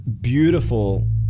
beautiful –